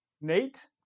Nate